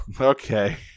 Okay